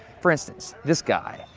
for instance, this guy.